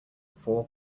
four